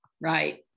right